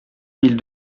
mille